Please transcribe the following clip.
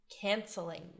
canceling